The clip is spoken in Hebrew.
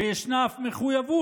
ואף יש מחויבות,